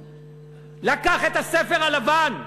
"ישורון", לקח את הספר הלבן,